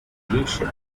radiation